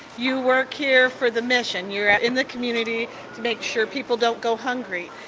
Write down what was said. you work here for the mission. you're in the community to make sure people don't go hungry.